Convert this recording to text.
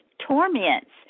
torments